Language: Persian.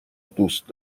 دوست